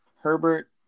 Herbert